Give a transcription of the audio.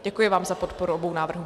Děkuji vám za podporu obou návrhů.